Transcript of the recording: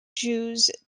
jews